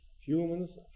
Humans